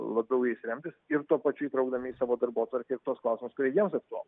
labiau jais remtis ir tuo pačiu įtraukdami į savo darbotvarkę ir tuos klausimus kurie jiems aktualūs